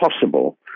possible